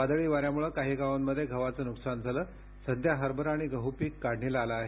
वादळी वाऱ्यामुळे काही गावांमध्ये गव्हाचे नुकसान झाले सध्या हरभरा आणि गहू पीक काढणीला आलं आहे